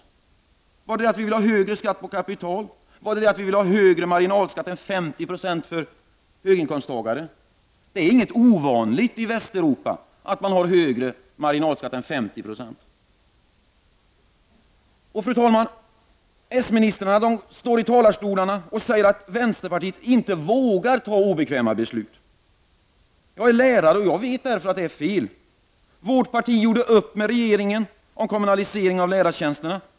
Var det för att vi ville ha högre skatt på kapital eller högre marginalskatt än 50 96 för höginkomsttagare som gjorde oss så omöjliga? I Västeuropa är det inte ovanligt att marginalskatten är högre än 50 96. Fru talman! S-ministrar säger att vänsterpartiet inte vågar fatta obekväma beslut. Jag är lärare och jag vet att detta är fel. Vårt parti gjorde nyligen upp med regeringen om kommunalisering av lärartjänsterna.